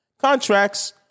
Contracts